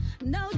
No